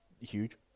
huge